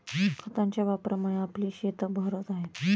खतांच्या वापरामुळे आपली शेतं बहरत आहेत